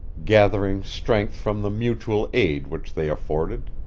gathering strength from the mutual aid which they afforded.